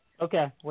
Okay